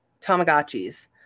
Tamagotchi's